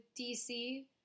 DC